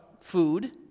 food